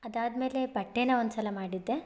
ಅದಾದಮೇಲೆ ಬಟ್ಟೆನ ಒಂದುಸಲ ಮಾಡಿದ್ದೆ